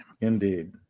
Indeed